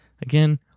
Again